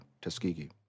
Tuskegee